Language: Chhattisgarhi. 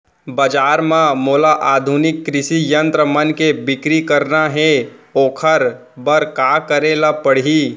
बजार म मोला आधुनिक कृषि यंत्र मन के बिक्री करना हे ओखर बर का करे ल पड़ही?